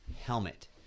helmet